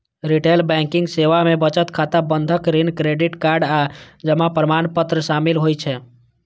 retail banking सेवा मे बचत खाता, बंधक, ऋण, क्रेडिट कार्ड आ जमा प्रमाणपत्र शामिल होइ छै